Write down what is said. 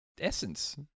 essence